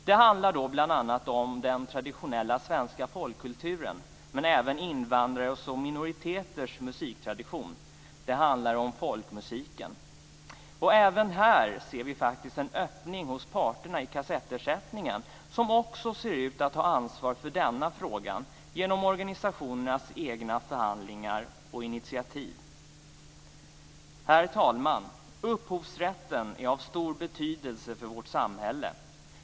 Det handlar bl.a. om den traditionella svenska folkkulturen och om invandrares och minoriteters musiktradition. Det handlar t.ex. om folkmusiken. Här ser vi en öppning från parternas sida i frågan om kassettersättningen. Man ser ut att ta ansvar för denna fråga genom förhandlingar och initiativ från organisationernas egen sida. Herr talman! Upphovsrätten är av stor betydelse för vårt samhälle.